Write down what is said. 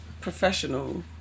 professional